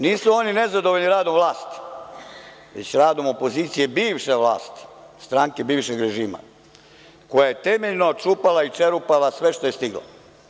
Nisu oni nezadovoljni radom vlasti, već radom opozicije bivše vlasti stranke bivšeg režima, koja je temeljno čupala i čerupala sve što je stigla.